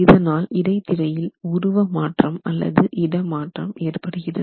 இதனால் இடைத்திரையில் உருவ மாற்றம் இடமாற்றம் ஏற்படுகிறது